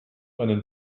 einen